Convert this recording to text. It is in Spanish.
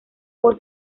por